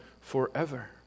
forever